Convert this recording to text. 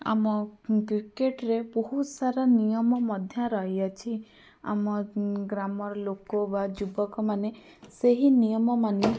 ଆମ କ୍ରିକେଟରେ ବହୁତ ସାରା ନିୟମ ମଧ୍ୟ ରହିଅଛି ଆମ ଗ୍ରାମର ଲୋକ ବା ଯୁବକମାନେ ସେହି ନିୟମ ମାନି